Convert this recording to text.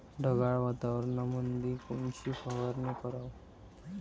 ढगाळ वातावरणामंदी कोनची फवारनी कराव?